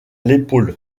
l’épaule